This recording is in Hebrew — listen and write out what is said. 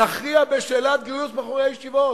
בשאלת גיוס בחורי הישיבות.